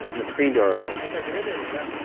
the screen door opens gregory um